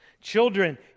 Children